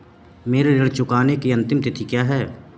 मेरे ऋण को चुकाने की अंतिम तिथि क्या है?